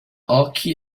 occhi